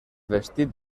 vestit